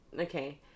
okay